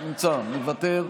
נמצא, מוותר,